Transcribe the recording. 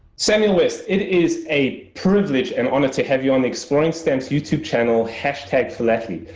samuel west, it is a privilege and honor to have you on the exploring stamps youtube channel, hashtag philately.